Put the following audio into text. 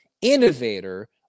innovator